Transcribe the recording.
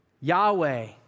Yahweh